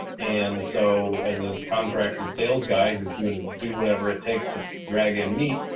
and so as a contracted sales guy who's doing the do whatever it takes to drag in meat,